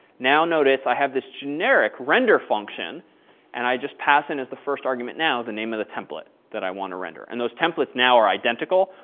now notice i have this generic render function and i just pass in as the first argument now the name of the template that i want to render. and those templates now are identical.